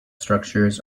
structures